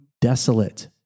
desolate